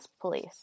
police